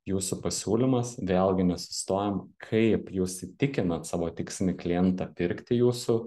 jūsų pasiūlymas vėlgi nestojam kaip jūs įtikinat savo tikslinį klientą pirkti jūsų